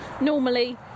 Normally